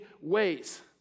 ways